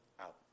out